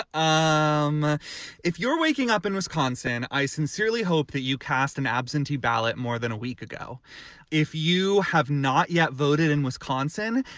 um if you're waking up in wisconsin, i sincerely hope that you cast an absentee ballot more than a week ago if you have not yet voted in wisconsin,